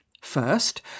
First